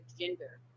gender